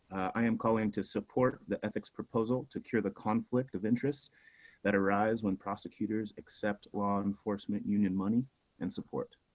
i am calling to support the ethics proposal to cure the conflict of interest that arise when prosecutors accept law enforcement union money and support.